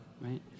right